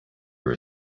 were